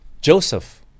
Joseph